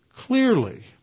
Clearly